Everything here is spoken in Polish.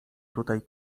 tutaj